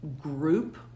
group